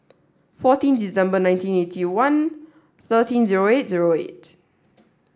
fourteen December nineteen eighty one thirteen zero eight zero eight